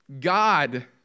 God